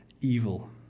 evil